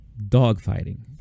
dogfighting